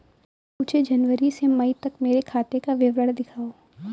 मुझे जनवरी से मई तक मेरे खाते का विवरण दिखाओ?